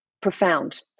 Profound